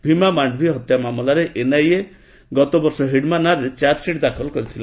ଭୀମା ମାଣ୍ଡଭି ହତ୍ୟା ମାମଲାରେ ଏନ୍ଆଇଏ ଗତବର୍ଷ ହିଡ୍ମା ନାଁରେ ଚାର୍ଜସିଟ୍ ଦାଖଲ କରିଛି